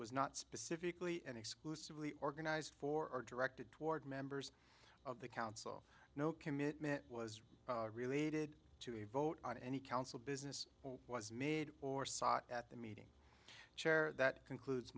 was not specifically and exclusively organized for directed toward members of the council no commitment was related to a vote on any council business was made at the meeting chair that concludes